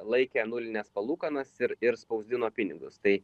laikė nulines palūkanas ir ir spausdino pinigus tai